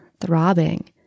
throbbing